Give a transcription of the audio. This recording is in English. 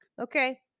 Okay